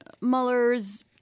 Mueller's